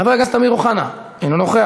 חבר הכנסת מיקי לוי, אינו נוכח,